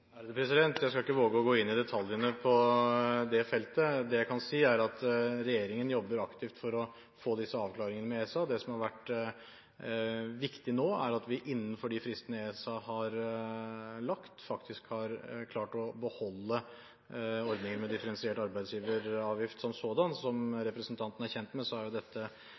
Jeg skal ikke våge å gå inn i detaljene på det feltet. Det jeg kan si, er at regjeringen jobber aktivt for å få disse avklaringene med ESA. Det som har vært viktig nå, er at vi innenfor de fristene ESA har lagt, faktisk har klart å beholde ordningen med differensiert arbeidsgiveravgift som sådan. Som representanten er kjent med, er dette